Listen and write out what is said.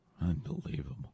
Unbelievable